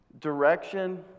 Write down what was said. Direction